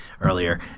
earlier